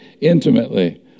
intimately